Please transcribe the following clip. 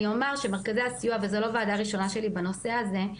אני אומר שמרכזי הסיוע וזה לא וועדה ראשונה שלי בנושא הזה,